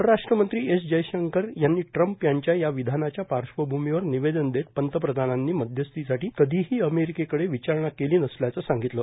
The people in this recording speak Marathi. परराष्ट्र मंत्री एस जयशंकर यांनी ट्रम्प यांच्या या विधानाच्या पार्श्वभूमीवर निवेदन देत पंतप्रधानांनी मध्यस्थीसाठी कषीही अमेरिकेकडे विचारणा केली नसल्याचं सांगितलं